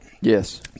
yes